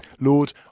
Lord